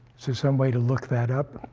so some way to look that up?